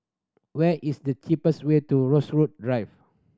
where is the cheapest way to Rosewood Drive